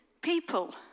people